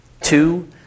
Two